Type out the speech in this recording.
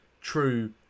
true